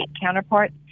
counterparts